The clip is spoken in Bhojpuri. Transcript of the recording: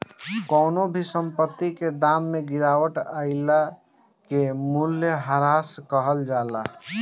कवनो भी संपत्ति के दाम में गिरावट आइला के मूल्यह्रास कहल जाला